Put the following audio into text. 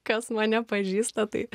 kas mane pažįsta tai